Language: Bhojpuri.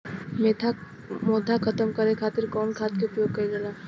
मोथा खत्म करे खातीर कउन खाद के प्रयोग कइल जाला?